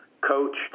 coached